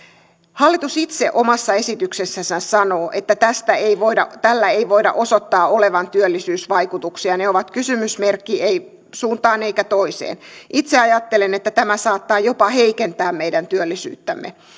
hallitus itse omassa esityksessänsä sanoo että tällä ei voida osoittaa olevan työllisyysvaikutuksia ne ovat kysymysmerkki ei suuntaan eikä toiseen itse ajattelen että tämä saattaa jopa heikentää meidän työllisyyttämme